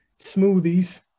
smoothies